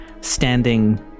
standing